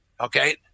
Okay